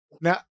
Now